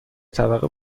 طبقه